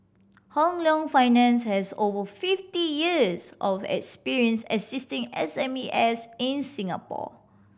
Hong Leong Finance has over fifty years of experience assisting S M E S in Singapore